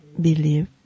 believe